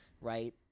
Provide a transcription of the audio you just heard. right